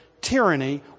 tyranny